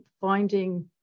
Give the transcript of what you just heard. finding